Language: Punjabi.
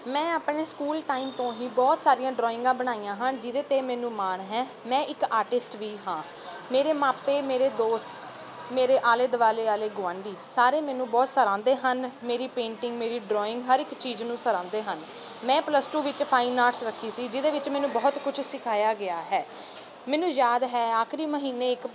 ਮੈਂ ਆਪਣੇ ਸਕੂਲ ਟਾਈਮ ਤੋਂ ਹੀ ਬਹੁਤ ਸਾਰੀਆਂ ਡਰਾਇੰਗਾਂ ਬਣਾਈਆਂ ਹਨ ਜਿਹਦੇ 'ਤੇ ਮੈਨੂੰ ਮਾਣ ਹੈ ਮੈਂ ਇੱਕ ਆਰਟਿਸਟ ਵੀ ਹਾਂ ਮੇਰੇ ਮਾਪੇ ਮੇਰੇ ਦੋਸਤ ਮੇਰੇ ਆਲੇ ਦੁਆਲੇ ਵਾਲੇ ਗੁਆਂਢੀ ਸਾਰੇ ਮੈਨੂੰ ਬਹੁਤ ਸਰਹਾਉਂਦੇ ਹਨ ਮੇਰੀ ਪੇਂਟਿੰਗ ਮੇਰੀ ਡਰਾਇੰਗ ਹਰ ਇੱਕ ਚੀਜ਼ ਨੂੰ ਸਰਹਾਉਂਦੇ ਹਨ ਮੈਂ ਪਲਸ ਟੂ ਵਿੱਚ ਫਾਈਨ ਆਰਟਸ ਰੱਖੀ ਸੀ ਜਿਹਦੇ ਵਿੱਚ ਮੈਨੂੰ ਬਹੁਤ ਕੁਛ ਸਿਖਾਇਆ ਗਿਆ ਹੈ ਮੈਨੂੰ ਯਾਦ ਹੈ ਆਖਰੀ ਮਹੀਨੇ ਇੱਕ